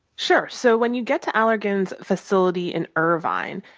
sure. so when you get to allergan's facility in irvine,